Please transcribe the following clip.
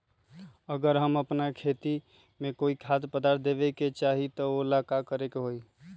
अगर हम अपना खेती में कोइ खाद्य पदार्थ देबे के चाही त वो ला का करे के होई?